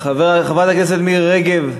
חברת הכנסת מירי רגב,